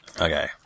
Okay